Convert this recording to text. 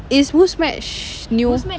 is Muzmatch new